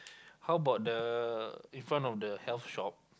how bout the in front of the health shop